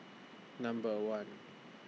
Number one